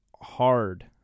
hard